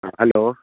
hello